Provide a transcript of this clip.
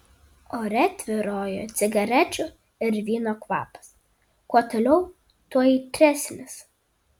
ore tvyrojo cigarečių ir vyno kvapas kuo toliau tuo aitresnis